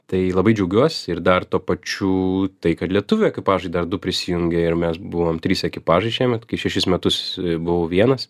tai labai džiaugiuos ir dar tuo pačiu tai kad lietuvių ekipažai dar du prisijungė ir mes buvom trys ekipažai šiemet kai šešis metus buvau vienas